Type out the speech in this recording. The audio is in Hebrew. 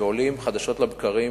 ועולים חדשות לבקרים,